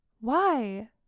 Why